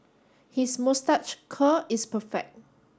his moustache curl is perfect